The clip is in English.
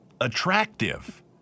attractive